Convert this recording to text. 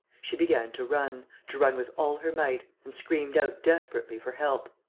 she began to run, to run with all her might, and screamed out desperately for help.